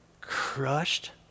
crushed